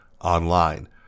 online